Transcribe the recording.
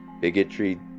bigotry